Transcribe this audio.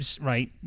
Right